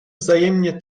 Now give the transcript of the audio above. wzajemnie